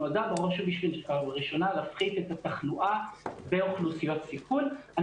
היא נועדה בראש ובראשונה להפחית את התחלואה באוכלוסיות סיכון.